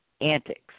antics